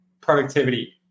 productivity